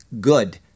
Good